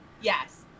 Yes